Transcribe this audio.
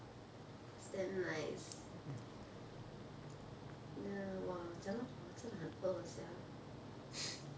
is damn nice ya !wah! 讲到 !wah! 真的很哦 sia